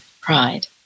Pride